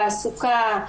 תעסוקה,